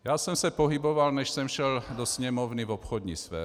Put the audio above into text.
Já jsem se pohyboval, než jsem šel do Sněmovny, v obchodní sféře.